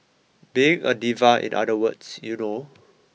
being a diva in other words you know